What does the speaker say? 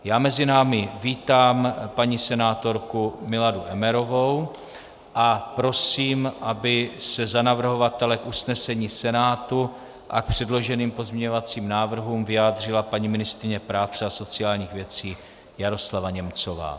Vítám mezi námi paní senátorku Miladu Emmerovou a prosím, aby se za navrhovatele k usnesení Senátu a k předloženým pozměňovacím návrhům vyjádřila paní ministryně práce a sociálních věcí Jaroslava Němcová.